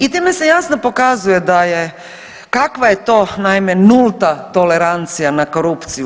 I time se jasno pokazuje da je, kakva je to naime nulta tolerancija na korupciju.